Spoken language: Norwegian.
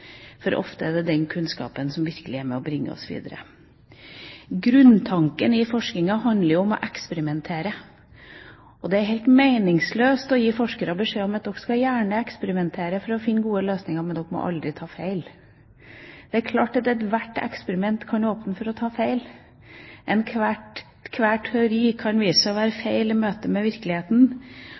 For ofte er det den kunnskapen som virkelig er med på å bringe oss videre. Grunntanken i forskningen handler jo om å eksperimentere. Det er helt meningsløst å gi forskere beskjed om at de gjerne skal eksperimentere for å finne gode løsninger, men de må aldri ta feil. Det er klart at ethvert eksperiment kan åpne for å ta feil, enhver teori kan vise seg å være feil i møte med virkeligheten.